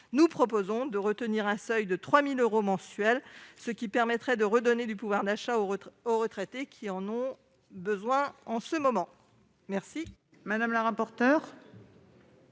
Nous proposons de retenir un seuil de 3 000 euros mensuels, ce qui permettrait de redonner du pouvoir d'achat aux retraités, qui en ont besoin en ce moment. Quel